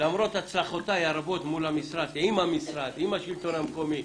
למרות הצלחותיי הרבות עם המשרד, עם השלטון המקומי